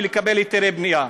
ולקבל היתרי בנייה,